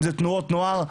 אם זה תנועות נוער,